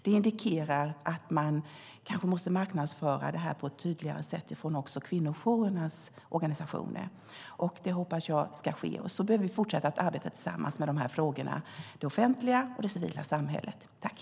Det indikerar att man kanske måste marknadsföra det här på ett tydligare sätt också från kvinnojourernas organisationer, och det hoppas jag ska ske. Så behöver det offentliga och det civila samhället fortsätta att arbeta tillsammans med de här frågorna.